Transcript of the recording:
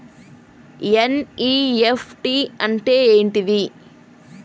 NEFT అంటే ఏంటిది?